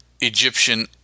Egyptian